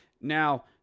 Now